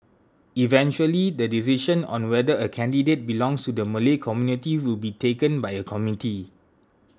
eventually the decision on whether a candidate belongs to the Malay community will be taken by a committee